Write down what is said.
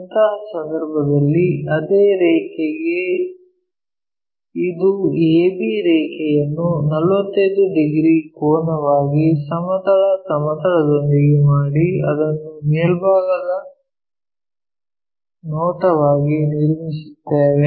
ಅಂತಹ ಸಂದರ್ಭದಲ್ಲಿ ಅದೇ ರೇಖೆಗೆ ಇದು ab ರೇಖೆಯನ್ನು 45 ಡಿಗ್ರಿ ಕೋನವಾಗಿ ಸಮತಲ ಸಮತಲದೊಂದಿಗೆ ಮಾಡಿ ಅದನ್ನು ಮೇಲ್ಭಾಗದ ನೋಟವಾಗಿ ನಿರ್ಮಿಸುತ್ತೇವೆ